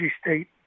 State